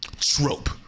trope